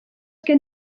gen